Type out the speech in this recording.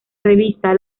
revista